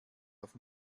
auf